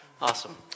Awesome